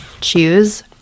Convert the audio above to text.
choose